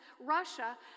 Russia